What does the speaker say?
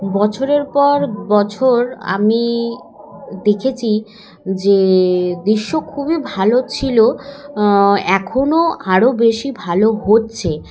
বছরের পর বছর আমি দেখেছি যে দৃশ্য খুবই ভালো ছিল এখনও আরও বেশি ভালো হচ্ছে